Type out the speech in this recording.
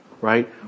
right